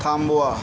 थांबवा